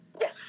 Yes